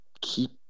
keep